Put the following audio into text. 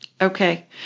Okay